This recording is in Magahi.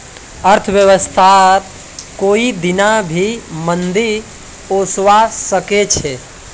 अर्थव्यवस्थात कोई दीना भी मंदी ओसवा सके छे